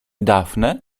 daphne